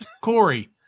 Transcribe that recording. Corey